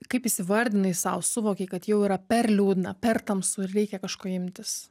kaip įsivardinai sau suvokei kad jau yra per liūdna per tamsu ir reikia kažko imtis